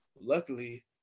Luckily